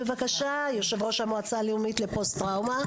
בבקשה יושב ראש המועצה הלאומית לפוסט-טראומה,